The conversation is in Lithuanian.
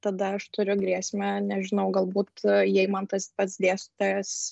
tada aš turiu grėsmę nežinau galbūt jei man tas pats dėstytojas